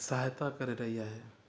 सहायता करे रही आहे